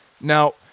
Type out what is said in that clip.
now